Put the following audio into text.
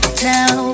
now